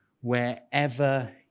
wherever